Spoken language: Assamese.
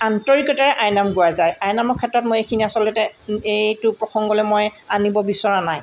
আন্তৰিকতাৰে আইনাম গোৱা যায় আইনামৰ ক্ষেত্ৰত মই এইখিনি আচলতে এইটো প্ৰসংগলৈ মই আনিব বিচৰা নাই